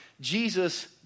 Jesus